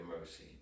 mercy